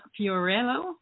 fiorello